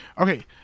Okay